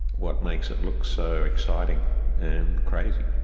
what makes it look so exciting and crazy.